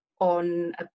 on